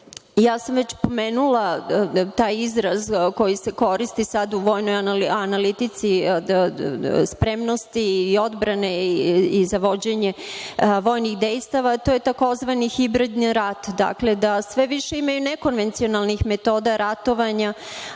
sam već pomenula taj izraz koji se koristi sada u vojnoj analitici spremnosti, odbrane i za vođenje vojnih dejstava, to je tzv. hibridni rat. Dakle, sve više ima nekonvencionalnih metoda ratovanja,